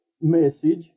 message